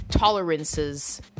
tolerances